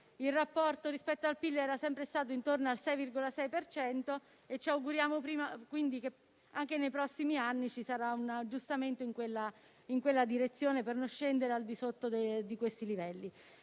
il rapporto rispetto al PIL era sempre stato intorno al 6,6 per cento, quindi ci auguriamo che anche nei prossimi anni ci sarà un aggiustamento in quella direzione, per non scendere al di sotto di tali livelli.